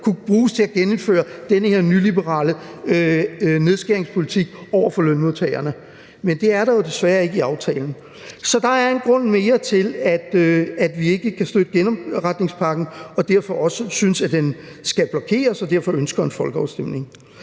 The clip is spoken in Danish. kunne bruges til at genindføre den her nyliberale nedskæringspolitik over for lønmodtagerne. Men det er der jo desværre ikke i aftalen. Så der er en grund mere til at, at vi ikke kan støtte genopretningspakken og derfor også synes, at den skal blokeres og derfor ønsker en folkeafstemning.